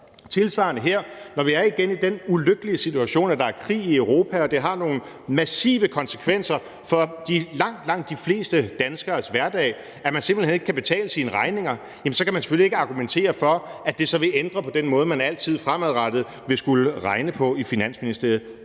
Tilsvarende her: Når vi igen er i den ulykkelige situation, at der er krig i Europa og det har nogle massive konsekvenser for langt, langt de fleste danskeres hverdag, hvor man simpelt hen ikke kan betale sine regninger, jamen så kan man selvfølgelig ikke argumentere for, at det så ville ændre på den måde, man altid fremadrettet ville skulle regne på i Finansministeriet.